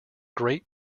great